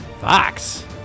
Fox